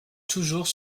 toujours